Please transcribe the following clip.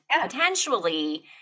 potentially